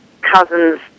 cousin's